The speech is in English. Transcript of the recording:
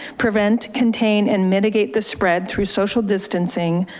prevent, contain and mitigate the spread through social distancing,